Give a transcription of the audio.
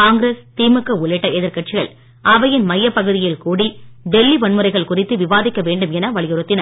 காங்கிரஸ் திமுக உள்ளிட்ட எதிர்கட்சிகள் அவையின் மையப் பகுதியில் கூடி டெல்லி வன்முறைகள் குறித்து விவாதிக்க வேண்டும் என வலியுறுத்தின